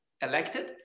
elected